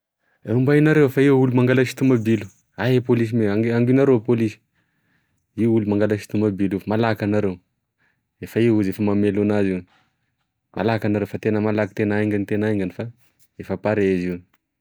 Ombay nareo fe io olo mangalasy tomabilo ay e polisy meange- anginareo e polisy io olo mangalasy tomabilo io malakanareo efa izy io efa mamelo anazy io malaky anareo fa tena malaky tena aingany tena aingany fa efa pare izy io.